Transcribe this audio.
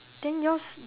then yours